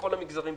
בכל המגזרים,